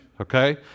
okay